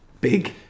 Big